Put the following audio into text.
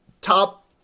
Top